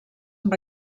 amb